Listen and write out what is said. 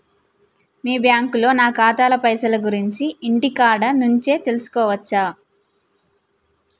మీ బ్యాంకులో నా ఖాతాల పైసల గురించి ఇంటికాడ నుంచే తెలుసుకోవచ్చా?